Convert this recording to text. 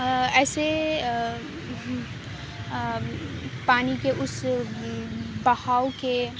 ایسے پانی کے اس بہاؤ کے